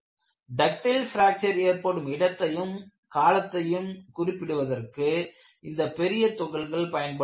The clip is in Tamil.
டக்டைல் பிராக்சர் ஏற்படும் இடத்தையும் காலத்தையும் குறிப்பிடுவதற்கு இந்தப் பெரிய துகள்கள் பயன்படுகின்றன